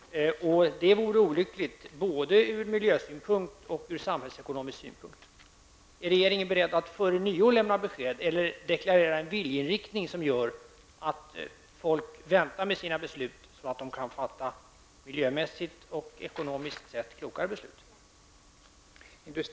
Det vore olyckligt både ur miljösynpunkt och ur samhällsekonomisk synpunkt. Är regeringen beredd att lämna besked före nyår eller deklarera en viljeinriktning som gör att folk väntar med att fatta beslut för att kunna fatta miljömässigt och ekonomiskt sett klokare beslut?